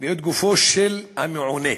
ואת גופו של המעונה,